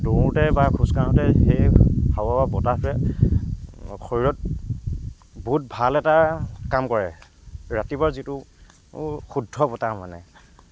দৌৰোঁতে বা খোজ কাঢ়োঁতে সেই হাৱা বতাহে শৰীৰত বহুত ভাল এটা কাম কৰে ৰাতিপুৱা যিটো শুদ্ধ বতাহ মানে